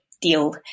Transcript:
deal